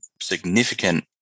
significant